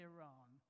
Iran